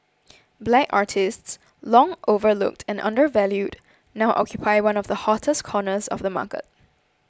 black artists long overlooked and undervalued now occupy one of the hottest corners of the market